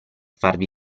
farvi